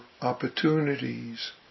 opportunities